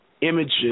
images